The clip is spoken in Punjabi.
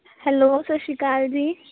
ਹੈਲੋ ਸਤਿ ਸ਼੍ਰੀ ਅਕਾਲ ਜੀ